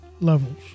levels